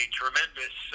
tremendous